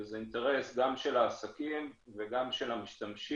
וזה אינטרס גם של העסקים וגם של המשתמשים